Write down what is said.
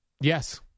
Yes